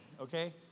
okay